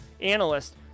analyst